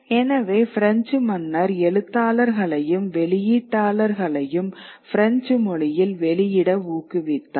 எனவே பிரெஞ்சு மன்னர் எழுத்தாளர்களையும் வெளியீட்டாளர்களையும் பிரெஞ்சு மொழியில் வெளியிட ஊக்குவித்தார்